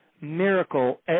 miracle